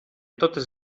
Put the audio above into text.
totes